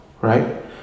right